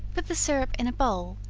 put the syrup in a bowl,